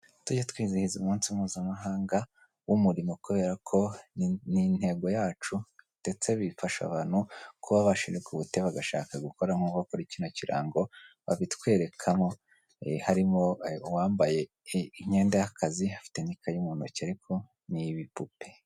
Tujye twizihiza umunsi mpuzamahanga w'umurimo kubera ko ni intego yacu ndetse bifasha abantu kuba bashirika ubute bagashaka gukora, nk'uko kuri kino kirango babitwerekaho, hariho uwambaye imyenda y'akazi afite n'ikayi mu ntoki ariko ni ibipupe.